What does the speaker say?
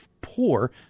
poor